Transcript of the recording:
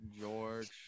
George